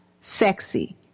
sexy